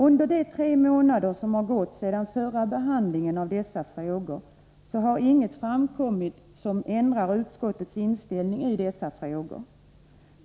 Under de tre månader som gått sedan förra behandlingen av dessa frågor har inget framkommit som ändrar utskottets inställning.